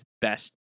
best